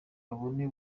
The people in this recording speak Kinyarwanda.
babone